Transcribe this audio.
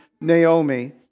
Naomi